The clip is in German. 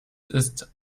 ist